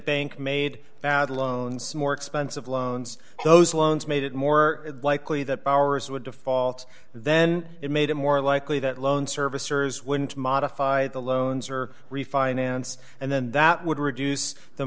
bank made bad loans more expensive loans those loans made it more likely that powers would default then it made it more likely that loan servicers wouldn't modify the loans or refinance and then that would reduce the